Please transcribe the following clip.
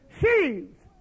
sheaves